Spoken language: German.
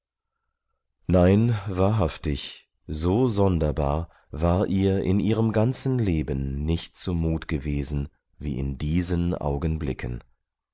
nein wahrhaftig so sonderbar war ihr in ihrem ganzen leben nicht zu mut gewesen wie in diesen augenblicken